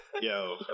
yo